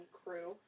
crew